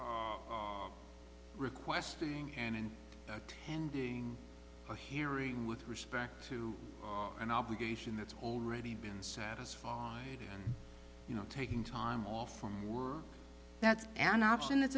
r requesting and attending a hearing with respect to an obligation that's already been satisfied you know taking time off from work that's an option that's